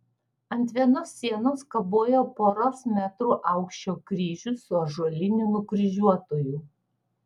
ant vienos sienos kabojo poros metrų aukščio kryžius su ąžuoliniu nukryžiuotuoju